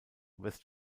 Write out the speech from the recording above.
west